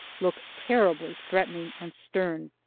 looked terribly threatening and stern.